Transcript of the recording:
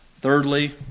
Thirdly